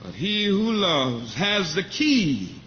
he who loves has the key